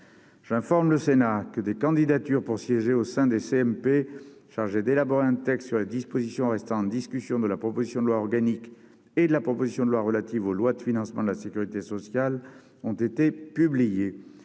J'informe le Sénat que des candidatures pour siéger au sein des commissions mixtes paritaires chargées d'élaborer un texte sur les dispositions restant en discussion de la proposition de loi organique et de la proposition relative aux lois de financement de la sécurité sociale ont été publiées.